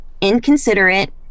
inconsiderate